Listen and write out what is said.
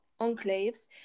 enclaves